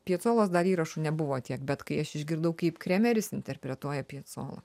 piecolos dar įrašų nebuvo tiek bet kai aš išgirdau kaip kremeris interpretuoja piecolą